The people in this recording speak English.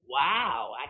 wow